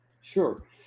Sure